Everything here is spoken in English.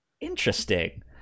interesting